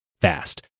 fast